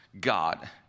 God